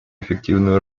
эффективную